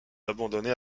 abandonnés